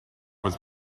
was